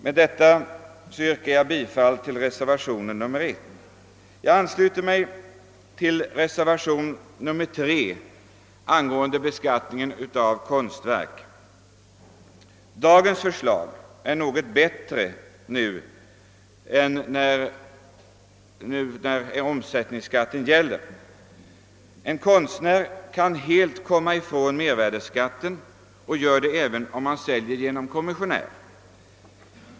— Med detta yrkar jag bifall till reservationen nr 1. Jag ansluter mig till reservationen nr 3 angående beskattningen av konstverk. Dagens förslag är något bättre än nu när omsättningsskatten gäller. En konstnär kan helt slippa betala mervärdeskatt, och han gör det även när han säljer sina verk genom kommissionär.